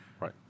Right